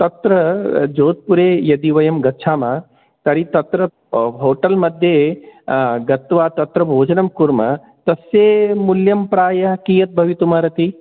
तत्र जोद्पुरे यदि वयं गच्छामः तर्हि तत्र होटल् मध्ये गत्वा तत्र भोजनं कुर्मः तस्य मूल्यं प्रायः कियत् भवितुमर्हति